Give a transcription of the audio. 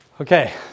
Okay